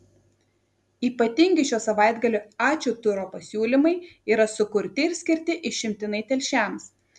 ypatingi šio savaitgalio ačiū turo pasiūlymai yra sukurti ir skirti išimtinai telšiams